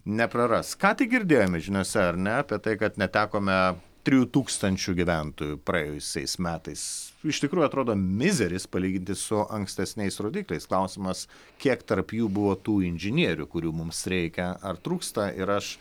nepraras ką tik girdėjome žiniose ar ne apie tai kad netekome trijų tūkstančių gyventojų praėjusiais metais iš tikrųjų atrodo mizeris palyginti su ankstesniais rodikliais klausimas kiek tarp jų buvo tų inžinierių kurių mums reikia ar trūksta ir aš